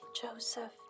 Joseph